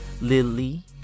lily